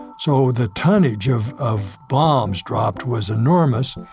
so, the tonnage of of bombs dropped was enormous.